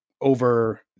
over